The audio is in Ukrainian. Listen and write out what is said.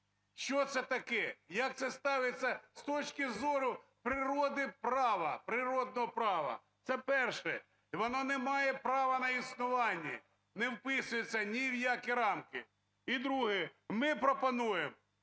Що це таке? Як це ставиться з точки зору природи права, природного права? Це перше. І вона не має права на існування, не вписується ні в які рамки. І друге. Ми пропонуємо